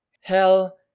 hell